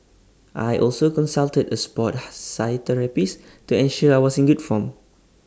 I also consulted A Sport ha physiotherapist to ensure I was in good form